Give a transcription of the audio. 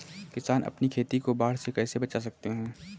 किसान अपनी खेती को बाढ़ से कैसे बचा सकते हैं?